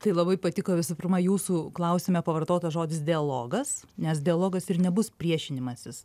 tai labai patiko visų pirma jūsų klausime pavartotas žodis dialogas nes dialogas ir nebus priešinimasis